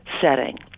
setting